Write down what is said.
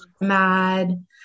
mad